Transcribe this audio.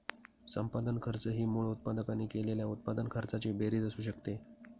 संपादन खर्च ही मूळ उत्पादकाने केलेल्या उत्पादन खर्चाची बेरीज असू शकते